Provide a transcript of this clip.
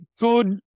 good